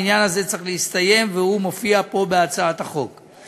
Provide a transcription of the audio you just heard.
העניין הזה צריך להסתיים והוא מופיע פה בהצעת החוק.